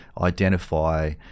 identify